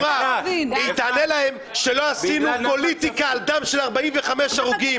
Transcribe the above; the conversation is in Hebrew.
היא תענה להם שלא עשינו פוליטיקה על דם של 45 הרוגים,